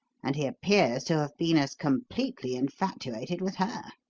and he appears to have been as completely infatuated with her.